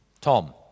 Tom